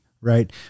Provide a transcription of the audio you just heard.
right